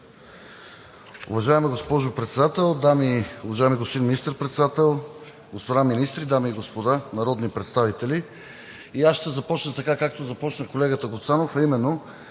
Уважаема госпожо Председател, уважаеми господин Министър-председател, господа министри, дами и господа народни представители! И аз ще започна така, както започна колегата Гуцанов, а именно